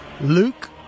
Luke